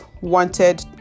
wanted